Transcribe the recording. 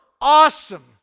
awesome